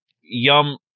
Yum